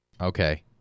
Okay